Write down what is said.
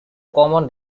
common